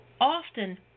often